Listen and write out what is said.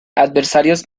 adversarios